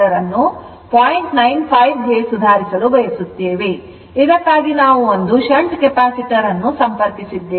95 ಕ್ಕೆ ಬಯಸುತ್ತೇವೆ ಇದಕ್ಕಾಗಿ ನಾವು ಒಂದು shunt capacitor ಅನ್ನು ಸಂಪರ್ಕಿಸಿದ್ದೇವೆ